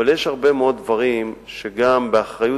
אבל יש הרבה מאוד דברים שגם באחריות